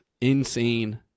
insane